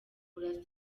burasa